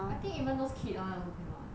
I think even those kid [one] I also cannot eh